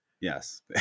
Yes